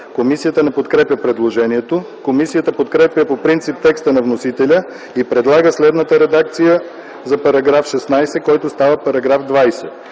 Комисията не подкрепя предложението. Комисията подкрепя по принцип текста на вносителя и предлага следната редакция за § 16, който става § 20: „§ 20.